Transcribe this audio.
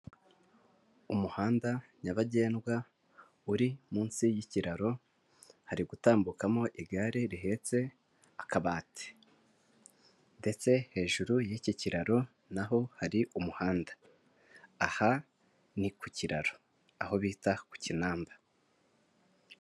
Umuhanda nyabagendwa, uri munsi y'ikiraro, hari gutambukamo igare rihetse akabati, ndetse hejuru y'iki kiraro naho hari umuhanda, aha ni ku kiraro aho bita ku Kinamba.